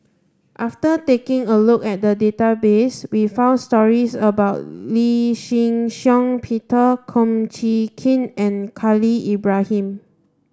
after taking a look at the database we found stories about Lee Shih Shiong Peter Kum Chee Kin and Khalil Ibrahim